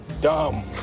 dumb